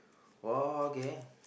!wow! okay